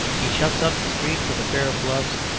he shuts up the street with a pair of gloves,